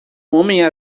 homem